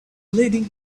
leading